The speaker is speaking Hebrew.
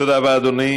תודה רבה, אדוני.